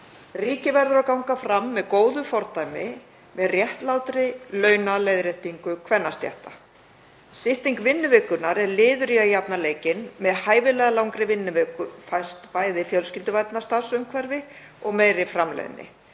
Ríkið verður að ganga fram með góðu fordæmi með réttlátri launaleiðréttingu kvennastétta. Stytting vinnuvikunnar er liður í að jafna leikinn. Með hæfilega langri vinnuviku fæst bæði fjölskylduvænna starfsumhverfi og meiri framleiðni.